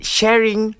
Sharing